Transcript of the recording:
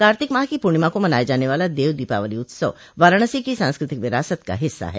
कार्तिक माह की पूर्णिमा को मनाये जाने वाला देव दीपावली उत्सव वाराणसी की सांस्कृतिक विरासत का हिस्सा है